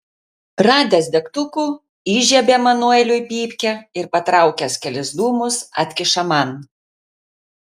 radęs degtukų įžiebia manueliui pypkę ir patraukęs kelis dūmus atkiša man